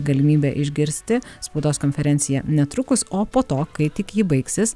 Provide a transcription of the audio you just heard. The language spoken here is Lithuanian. galimybė išgirsti spaudos konferenciją netrukus o po to kai tik ji baigsis